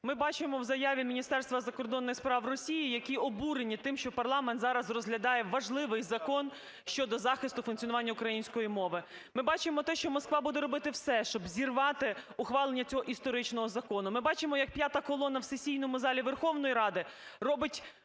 Ми бачимо в заяві Міністерства закордонних справ Росії, які обурені тим, що парламент зараз розглядає важливий Закон щодо захисту функціонування української мови. Ми бачимо те, що Москва буде робити все, щоб зірвати ухвалення цього історичного закону. Ми бачимо, як "п'ята колона" в сесійному залі Верховної Ради робить